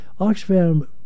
Oxfam